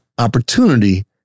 opportunity